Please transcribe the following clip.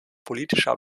politischer